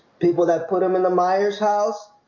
people that put him in the myers house.